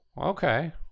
okay